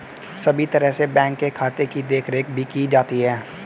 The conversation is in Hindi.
सभी तरह से बैंक के खाते की देखरेख भी की जाती है